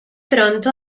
pronto